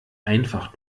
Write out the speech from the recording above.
einfach